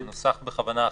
זה נוסח בכוונה אחרת.